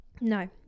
No